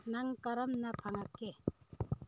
ꯅꯪ ꯀꯔꯝꯅ ꯐꯪꯉꯛꯀꯦ